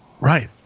right